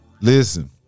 listen